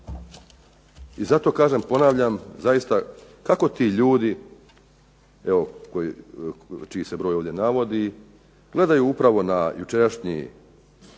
I zato kažem ponavljam zaista kako ti ljudi, evo čiji se broj ovdje navodi, gledaju upravo na jučerašnji